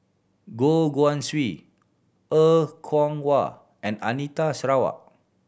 Goh Guan Siew Er Kwong Wah and Anita Sarawak